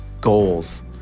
goals